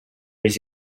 his